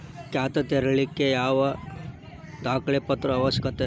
ಖಾತಾ ತೆರಿಲಿಕ್ಕೆ ಯಾವ ದಾಖಲೆ ಪತ್ರ ಅವಶ್ಯಕ?